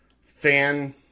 fan